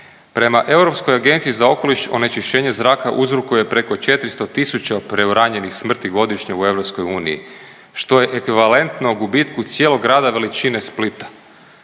Prema Europskoj agenciji za okoliš onečišćenje zraka uzrokuje preko 400 000 preuranjenih smrti godišnje u EU što je ekvivalentno gubitku cijelog grada veličine Splita